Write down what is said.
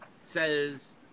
says